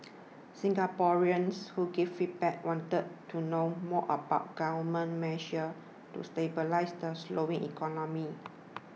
Singaporeans who gave feedback wanted to know more about Government measures to stabilise the slowing economy